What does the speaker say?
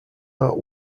art